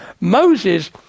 Moses